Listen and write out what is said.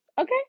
okay